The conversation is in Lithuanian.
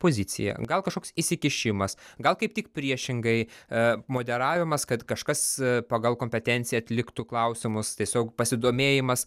pozicija gal kažkoks įsikišimas gal kaip tik priešingai e moderavimas kad kažkas pagal kompetenciją atliktų klausimus tiesiog pasidomėjimas